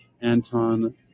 Anton